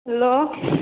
hello